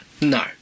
No